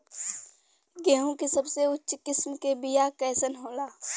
गेहूँ के सबसे उच्च किस्म के बीया कैसन होला?